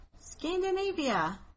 Scandinavia